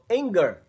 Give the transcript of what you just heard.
anger